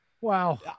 Wow